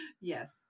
Yes